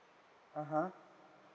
(uh huh)